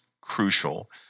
crucial